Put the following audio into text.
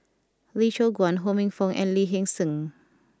Lee Choon Guan Ho Minfong and Lee Hee Seng